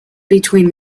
between